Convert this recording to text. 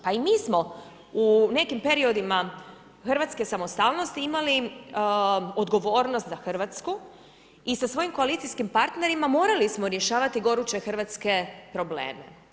Pa i mi smo u nekim periodima hrvatske samostalnosti imali odgovornost za Hrvatsku i sa svojim koalicijskim partnerima morali smo rješavati goruće hrvatske probleme.